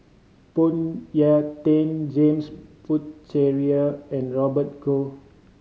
Phoon Yew Tien James Puthucheary and Robert Goh